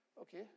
okay